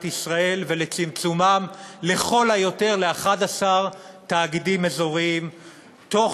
ישראל ולצמצומם ל-11 תאגידים אזוריים לכל היותר,